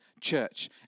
Church